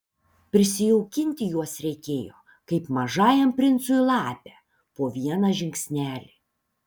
prisijaukinti juos reikėjo kaip mažajam princui lapę po vieną žingsnelį